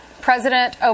President